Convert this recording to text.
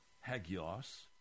hagios